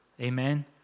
Amen